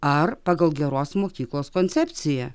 ar pagal geros mokyklos koncepciją